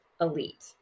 elite